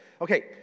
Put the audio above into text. Okay